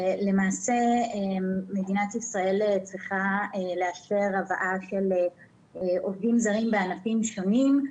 למעשה מדינת ישראל צריכה לאשר הבאה של עובדים זרים בענפים שונים.